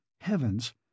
Heavens